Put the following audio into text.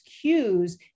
cues